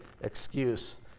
excuse